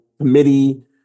Committee